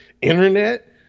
Internet